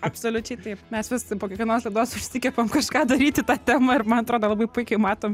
absoliučiai taip mes vis po kiekvienos laidos užsikepam kažką daryti ta tema ir man atrodo labai puikiai matom